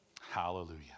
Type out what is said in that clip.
Hallelujah